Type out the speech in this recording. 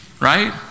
right